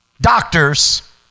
doctors